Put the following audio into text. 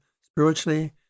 spiritually